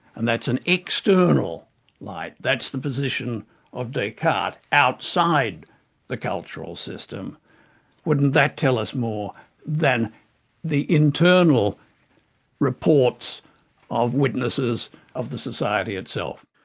and that's an external light, that's the position of descartes, outside the cultural system wouldn't that tell us more than the internal reports of witnesses of the society itself.